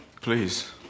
Please